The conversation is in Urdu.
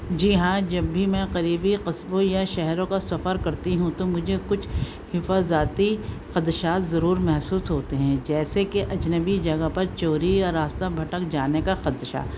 جی ہاں جب بھی میں قریبی قصبوں یا شہروں کا سفر کرتی ہوں تو مجھے کچھ حفاظتی خدشات ضرور محسوس ہوتے ہیں جیسے کہ اجنبی جگہ پر چوری یا راستہ بھٹک جانے کا خدشہ